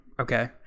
okay